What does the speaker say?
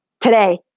today